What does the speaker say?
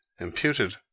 imputed